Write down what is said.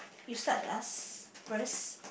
you start to ask first